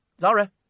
Zara